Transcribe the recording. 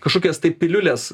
kažkokias tai piliules